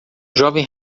jovem